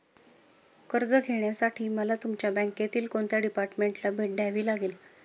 कर्ज घेण्यासाठी मला तुमच्या बँकेतील कोणत्या डिपार्टमेंटला भेट द्यावी लागेल?